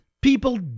people